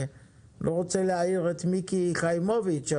אני לא רוצה להעיר את מיקי חיימוביץ',